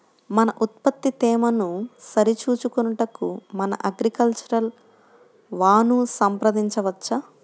మన ఉత్పత్తి తేమను సరిచూచుకొనుటకు మన అగ్రికల్చర్ వా ను సంప్రదించవచ్చా?